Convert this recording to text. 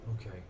okay